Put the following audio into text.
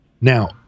now